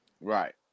Right